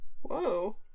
Whoa